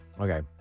Okay